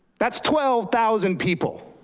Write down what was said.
that's twelve thousand people.